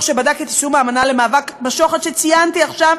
שבדק את יישום האמנה למאבק בשוחד שציינתי עכשיו,